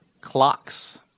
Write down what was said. Clocks